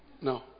No